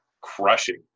crushing